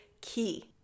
key